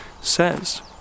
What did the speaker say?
says